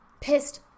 pissed